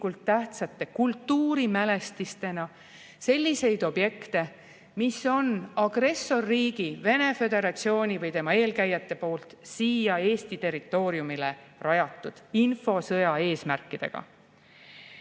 tähtsate kultuurimälestistena selliseid objekte, mis on agressorriigi, Venemaa Föderatsiooni või tema eelkäijate poolt Eesti territooriumile rajatud infosõja eesmärkidega.